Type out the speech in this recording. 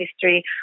history